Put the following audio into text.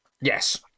Yes